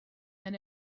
then